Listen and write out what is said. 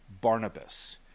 Barnabas